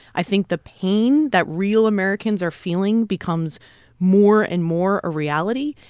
i think the pain that real americans are feeling becomes more and more a reality.